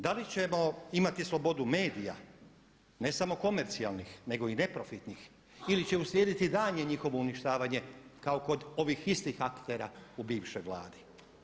Da li ćemo imati slobodu medija ne samo komercijalnih nego i neprofitnih ili će uslijediti daljnje njihovo uništavanje kao kod ovih istih aktera u bivšoj Vladi?